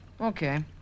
Okay